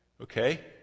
okay